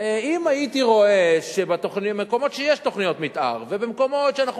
אם הייתי רואה שבמקומות שיש תוכניות מיתאר ובמקומות שאנחנו